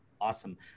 Awesome